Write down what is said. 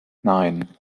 nein